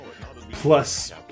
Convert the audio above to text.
plus